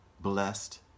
blessed